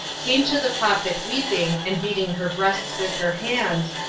came to the prophet weeping, and beating her breasts with her hands,